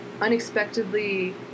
unexpectedly